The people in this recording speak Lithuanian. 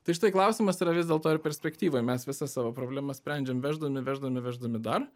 tai štai klausimas yra vis dėlto ir perspektyvoj mes visas savo problemas sprendžiam veždami veždami veždami dar